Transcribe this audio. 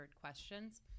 questions